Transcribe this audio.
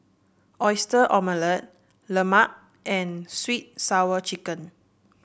Oyster Omelette Lemang and sweet and Sour Chicken